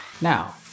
Now